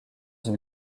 une